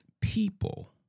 people